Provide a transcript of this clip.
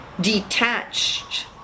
detached